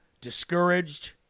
discouraged